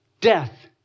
death